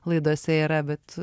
laidose yra bet